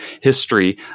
history